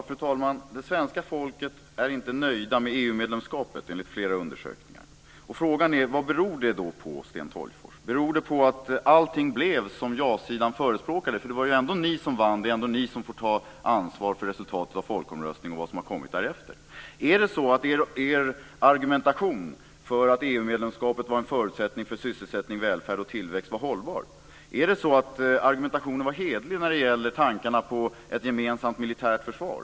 Fru talman! Det svenska folket är inte nöjt med EU-medlemskapet enligt flera undersökningar. Och frågan är: Vad beror det då på, Sten Tolgfors? Beror det på att allt blev som ja-sidan förespråkade? Det var ju ändå ni som vann, och det är ändå ni som får ta ansvaret för resultatet av folkomröstningen och vad som har kommit därefter. Var er argumentation för att EU-medlemskapet var en förutsättning för sysselsättning, välfärd och tillväxt hållbar? Var argumentationen hederlig när det gäller tankarna på ett gemensamt militärt försvar?